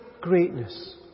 greatness